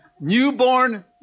newborn